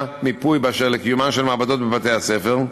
מיפוי באשר לקיומן של מעבדות בבתי-הספר.